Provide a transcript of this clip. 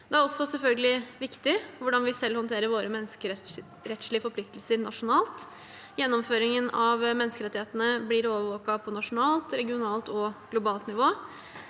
Det er selvfølgelig også viktig hvordan vi selv håndterer våre menneskerettslige forpliktelser nasjonalt. Gjennomføringen av menneskerettighetene blir overvåket på nasjonalt, regionalt og globalt nivå.